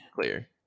clear